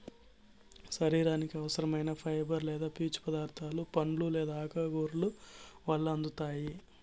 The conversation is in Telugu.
శరీరానికి అవసరం ఐన ఫైబర్ లేదా పీచు పదార్థాలు పండ్లు లేదా ఆకుకూరల వల్ల అందుతాయి